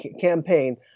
campaign